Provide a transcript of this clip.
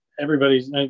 Everybody's